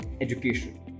education